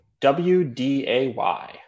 W-D-A-Y